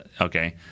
Okay